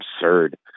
absurd